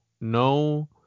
no